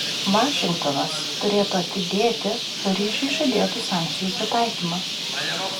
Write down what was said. vašingtonas turėtų atidėti paryžiui žadėtų sankcijų pritaikymą